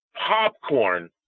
popcorn